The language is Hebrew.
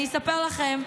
אני אספר לכם,